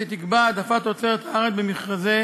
שתקבע העדפת תוצרת הארץ במכרזי